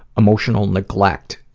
emotional neglect,